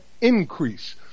increase